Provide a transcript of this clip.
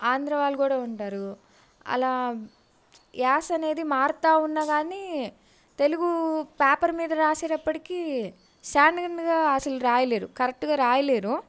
ఆంధ్రావాళ్ళు కూడా ఉంటారు అలా యాస అనేది మారతూ ఉన్నా కాని తెలుగు పేపర్ మీద రాసేటప్పటికీ సాన్గన్గా అసలు రాయలేరు కరెట్టుగా రాయలేరు